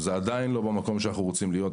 זה עדיין לא במקום שאנחנו רוצים להיות,